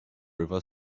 river